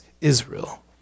Israel